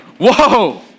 whoa